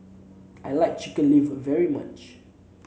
I like Chicken Liver very much